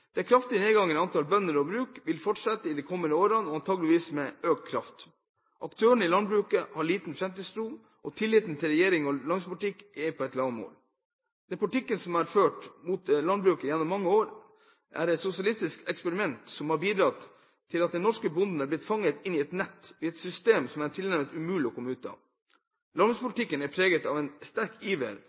Den kraftige nedgangen i antallet bønder og bruk vil fortsette i de kommende årene og antakeligvis med økt kraft. Aktørene i landbruket har liten framtidstro, og tilliten til regjeringens landbrukspolitikk er på et lavmål. Den landbrukspolitikken som har vært ført gjennom mange år, er et sosialistisk eksperiment som har bidratt til at den norske bonden er blitt fanget inn i et nett og et system som det nå er tilnærmet umulig å komme ut av. Landbrukspolitikken er preget av en sterk